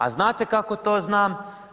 A znate kako to znam?